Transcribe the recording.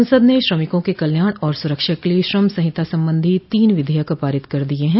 संसद ने श्रमिकों के कल्याण और सुरक्षा के लिए श्रम संहिता संबंधी तीन विधेयक पारित कर दिए हैं